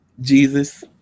Jesus